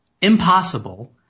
impossible